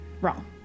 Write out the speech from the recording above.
Wrong